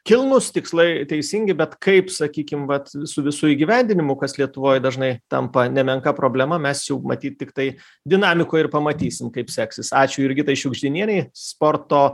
kilnūs tikslai teisingi bet kaip sakykim vat su visu įgyvendinimu kas lietuvoj dažnai tampa nemenka problema mes jau matyt tiktai dinamikoje ir pamatysim kaip seksis ačiū jurgitai šiugždinienei sporto